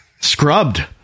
Scrubbed